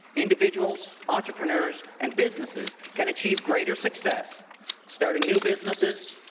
individuals, entrepreneurs, and businesses can achieve greater success starting new businesses,